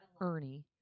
Ernie